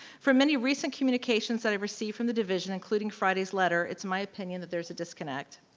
for many recent communications that i've received from the division, including friday's letter, it's my opinion that there's a disconnect.